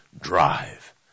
drive